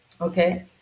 Okay